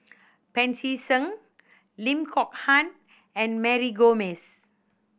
Pancy Seng Lim Kok Ann and Mary Gomes